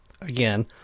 again